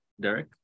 Derek